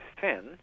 thin